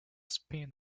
spin